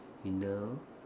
you know